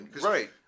Right